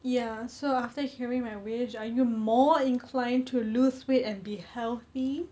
ya so after hearing my wish are you more inclined to lose weight and be healthy